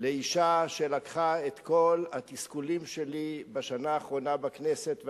לאשה שלקחה את כל התסכולים שלי בשנה האחרונה בכנסת,